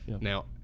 Now